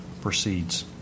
proceeds